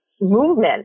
movement